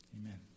amen